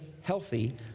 healthy